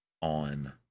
on